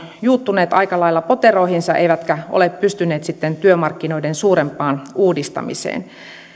juuttuneet aika lailla poteroihinsa eivätkä ole pystyneet sitten työmarkkinoiden suurempaan uudistamiseen